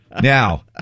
Now